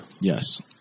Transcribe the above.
Yes